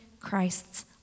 Christ's